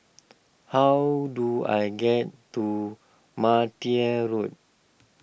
how do I get to Martia Road